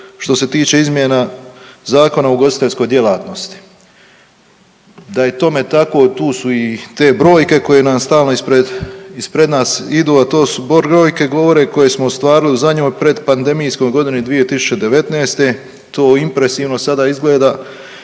što se tiče izmjena Zakona o ugostiteljskoj djelatnosti. Da je tome tako tu su i te brojke koje nam stalno ispred nas idu, a to su brojke govore koje smo ostvarili u zadnjoj predpandemijskoj godini 2019. To impresivno sada izgleda